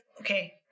okay